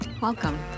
Welcome